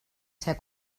ser